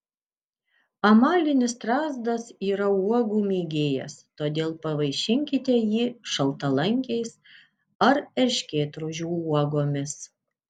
amalinis strazdas yra uogų mėgėjas todėl pavaišinkite jį šaltalankiais ar erškėtrožių uogomis